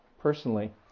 personally